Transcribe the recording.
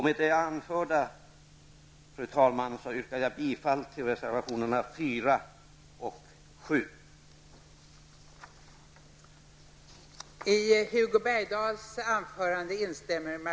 Med det anförda, fru talman, yrkar jag bifall till reservationerna 4 och 7.